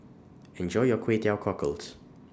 Enjoy your Kway Teow Cockles